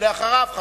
ואחריו,